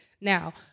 Now